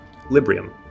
Librium